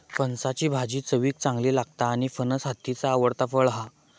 फणसाची भाजी चवीक चांगली लागता आणि फणस हत्तीचा आवडता फळ हा